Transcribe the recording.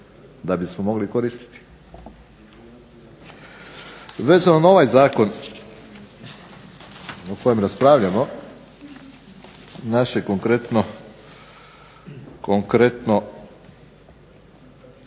da bismo mogli koristiti. Vezano za ovaj zakon o kojem raspravljamo naše konkretno pitanje to